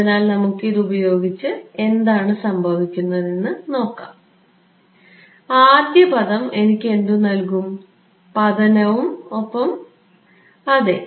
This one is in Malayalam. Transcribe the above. അതിനാൽ നമുക്ക് ഇത് പ്രയോഗിച്ച് എന്താണ് സംഭവിക്കുന്നതെന്ന് നോക്കാം ആദ്യ പദം എനിക്ക് എന്ത് നൽകും പതനവും ഒപ്പം അതെ